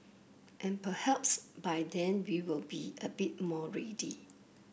and perhaps by then we will be a bit more ready